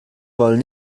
wollen